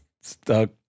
stuck